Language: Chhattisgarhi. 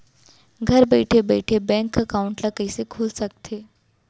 घर बइठे बइठे बैंक एकाउंट ल कइसे खोल सकथे?